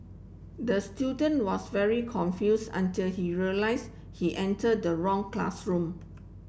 the student was very confused until he realized he entered the wrong classroom